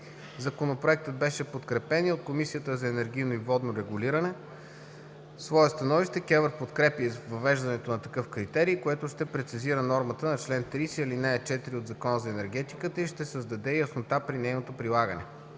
Законопроектът беше подкрепен и от Комисията за енергийно и водно регулиране. В своето становище КЕВР подкрепя въвеждането на такъв критерий, което ще прецизира нормата на чл. 30, ал. 4 от ЗЕ и ще създаде яснота при нейното прилагане.